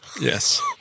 Yes